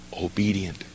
obedient